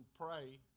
pray